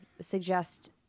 suggest